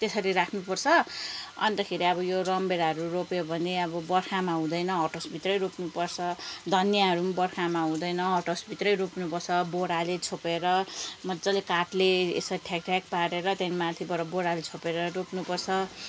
त्यसरी राख्नुपर्छ अन्तखेरि अब यो रामभेँडाहरू रोप्यो भने अब बर्खामा हुँदैन हटहाउसभित्रै रोप्नुपर्छ धनियाँहरू पनि बर्खामा हुँदैन हटहाउसभित्रै रोप्नुपर्छ बोराले छोपेर मजाले काठले यसरी ठ्याक्ठ्याक पारेर त्यहाँदेखि माथिबाट बोराले छोपेर रोप्नुपर्छ